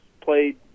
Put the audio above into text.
played